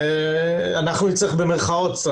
אנחנו נצטרך במירכאות,